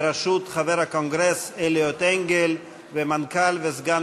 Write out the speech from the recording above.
בראשות חבר הקונגרס אליוט אנגל ומנכ"ל וסגן